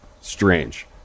strange